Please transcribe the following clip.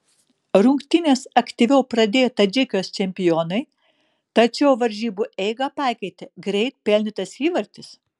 rungtynes aktyviau pradėjo tadžikijos čempionai tačiau varžybų eigą pakeitė greit pelnytas įvartis